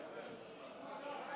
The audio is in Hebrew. עכשיו.